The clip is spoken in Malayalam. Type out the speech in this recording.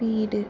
വീട്